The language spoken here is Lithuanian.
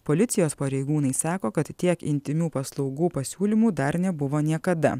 policijos pareigūnai sako kad tiek intymių paslaugų pasiūlymų dar nebuvo niekada